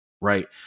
right